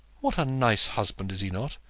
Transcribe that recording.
what a nice husband, is he not?